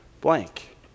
blank